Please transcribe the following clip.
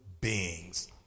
beings